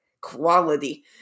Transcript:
quality